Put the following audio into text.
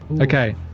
Okay